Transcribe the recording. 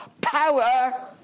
power